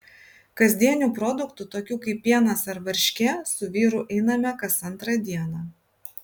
kasdienių produktų tokių kaip pienas ar varškė su vyru einame kas antrą dieną